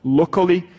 locally